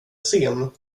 sen